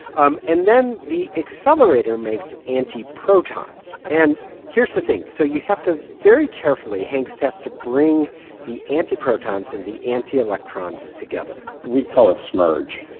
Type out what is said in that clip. um and then the accelerator makes antiprotons and here's the thing. so you have to very carefully, hangst has to bring the antiprotons and the antielectrons together we call it smerge.